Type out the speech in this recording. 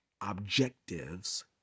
objectives